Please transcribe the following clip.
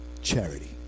charity